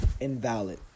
invalid